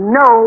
no